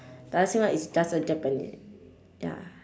plaza sing one is just a japanese ya